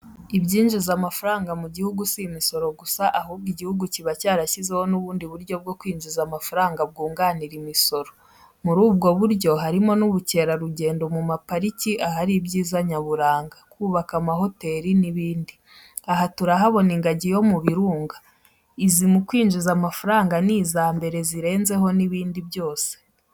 Ibyinjiza amafaranga mugihugu simisoro gusa ahubwo igihugu kiba cyarashyizeho nubundi buryo bwo kwinjiza amafaranga bwunganira imisoro muru bwoburyo harimo n,ubucyera rugendo mumpariki ahari ibyiza nayaburanga kubaka amahoteli nibindi .aha turahabona ingagi yo mubirunga izi mukwinjiza mafaranga nizambere zirenzeho nibindi byose.